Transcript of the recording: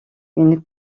une